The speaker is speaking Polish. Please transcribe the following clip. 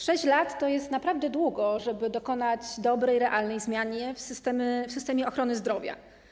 6 lat to jest naprawdę długo, żeby dokonać dobrej, realnej zmiany w systemie ochrony zdrowia.